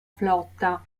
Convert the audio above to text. flotta